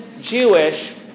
Jewish